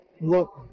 look